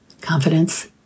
Confidence